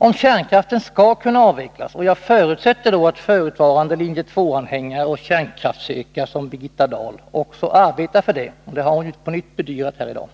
Om kärnkraften skall kunna avvecklas, och jag förutsätter då att förutvarande linje 2-anhängare och kärnkraftshökar som Birgitta Dahl också arbetar för det — det har hon på nytt bedyrat här i dag